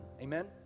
Amen